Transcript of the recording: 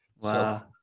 wow